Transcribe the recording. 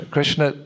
Krishna